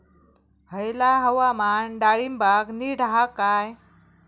हयला हवामान डाळींबाक नीट हा काय?